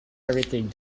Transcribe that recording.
everything